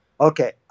Okay